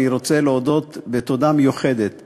אני רוצה להודות בתודה מיוחדת לך,